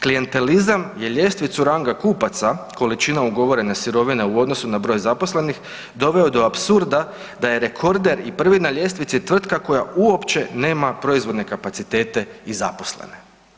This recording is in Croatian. Klijentelizam je ljestvicu ranga kupaca, količina ugovorene sirovine u odnosu na broj zaposlenih, doveo do apsurda da je rekorder i prvi na ljestvici tvrtka koja uopće nema proizvodne kapacitete i zaposlene“